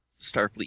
Starfleet